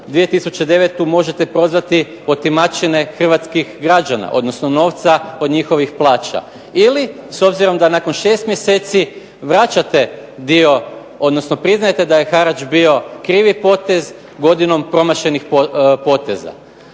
2009. možete prozvati otimačine hrvatskih građana, odnosno novca od njihovih plaća. Ili, s obzirom da nakon 6 mjeseci vraćate dio, odnosno priznajete da je harač bio krivi potez godinom promašenih poteza.